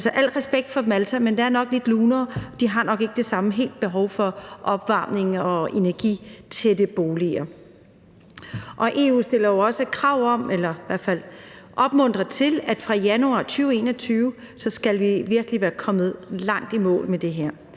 al respekt for Malta, men der er nok lidt lunere, og de har nok ikke helt det samme behov for opvarmning og energitætte boliger, og EU stiller jo også krav om eller opmuntrer i hvert fald til, at vi fra januar 2021 virkelig skal være kommet langt i mål med det her.